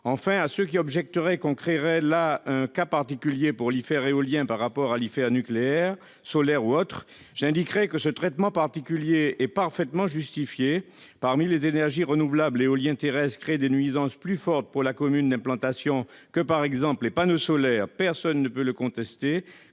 Enfin, à ceux qui objecteraient que l'on voudrait créer un cas particulier pour l'IFER éolien par rapport à l'IFER nucléaire, solaire ou autre, j'indique que ce traitement particulier est parfaitement justifié. En effet, parmi les énergies renouvelables, l'éolien terrestre crée des nuisances plus fortes pour la commune d'implantation que les panneaux solaires, par exemple. Personne ne peut le contester.